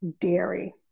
dairy